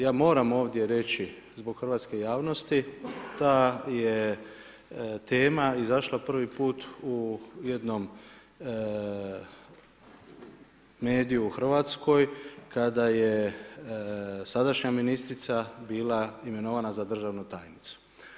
Ja moram ovdje reći zbog hrvatske javnosti ta je tema izašla prvi put u jednom mediju u Hrvatskoj kada je sadašnja ministrica bila imenovana za državnu tajnicu.